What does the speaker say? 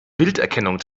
bilderkennung